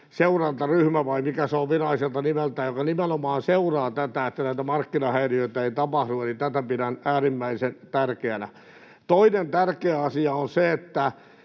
seurantaryhmä, vai mikä se on viralliselta nimeltään, joka nimenomaan seuraa tätä, että näitä markkinahäiriöitä ei tapahdu. Eli tätä pidän äärimmäisen tärkeänä. Toinen tärkeä asia on se, että